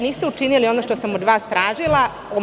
Niste učinili ono što sam od vas tražila.